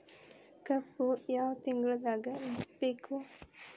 ಕಬ್ಬು ಯಾವ ತಿಂಗಳದಾಗ ಬಿತ್ತಬೇಕು?